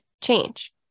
change